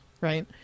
right